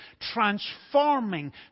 transforming